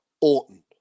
Orton